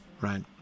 Right